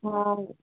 हाँ